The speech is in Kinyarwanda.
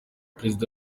perezida